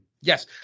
Yes